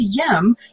Yem